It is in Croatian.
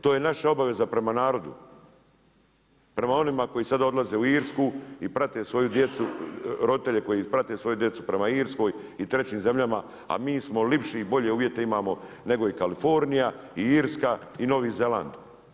To je naša obaveza prema narodu, prema onima koji sada odlaze u Irsku i roditelji koji prate svoju djecu prema Irskoj i trećim zemljama, a mi smo lipši i bolje uvjete imamo nego i Kalifornija i Irska i Novi Zeland.